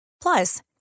Plus